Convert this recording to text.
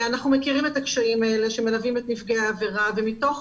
אנחנו מכירים את הקשיים האלה שמלווים את נפגעי העבירה ומתוך